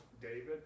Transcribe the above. David